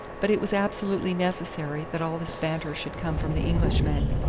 but it was absolutely necessary that all this banter should come from the englishmen.